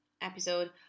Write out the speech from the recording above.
episode